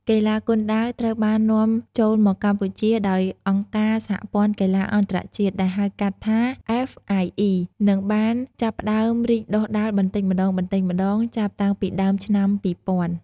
កីឡាគុនដាវត្រូវបាននាំចូលមកកម្ពុជាដោយអង្គការសហព័ន្ធកីឡាអន្តរជាតិ ដែលហៅកាត់ថា អ្វេស អាយ អុី និងបានចាប់ផ្តើមរីកដុះដាលបន្តិចម្តងៗចាប់តាំងពីដើមឆ្នាំ ២០០០។